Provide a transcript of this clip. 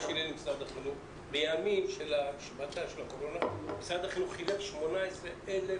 בימים של ההשבתה משרד החינוך חילק 18,000